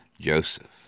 Joseph